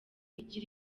igira